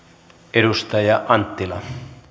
edustaja anttila